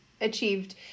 achieved